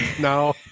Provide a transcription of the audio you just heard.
No